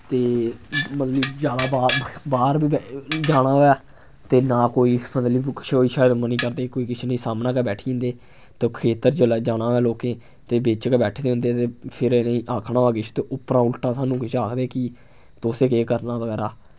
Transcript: ते मतलब कि ज्यादा बाह्र बाह्र बी जाना होऐ ते ना कोई मतलब कि श शर्म नि करदे कोई किश नि सामनै गै बैठी जन्दे ते खेत्तर जिल्लै जाना होए लोकें गी ते बिच्च गै बैठे दे होंदे ते फिर इ'नेंई आक्खना होए किश ते उप्परा उल्टा सानू किश आखदे कि तुस केह् करना बगैरा